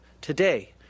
today